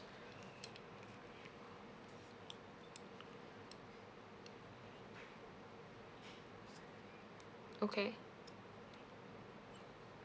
okay